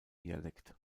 dialekt